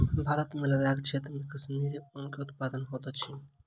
भारत मे लदाख क्षेत्र मे कश्मीरी ऊन के उत्पादन होइत अछि